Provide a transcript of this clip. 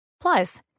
Plus